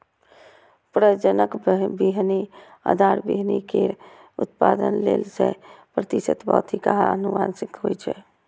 प्रजनक बीहनि आधार बीहनि केर उत्पादन लेल सय प्रतिशत भौतिक आ आनुवंशिक होइ छै